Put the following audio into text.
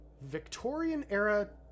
Victorian-era